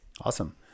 Awesome